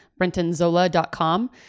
brentonzola.com